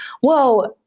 whoa